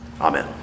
Amen